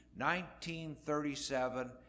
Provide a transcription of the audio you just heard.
1937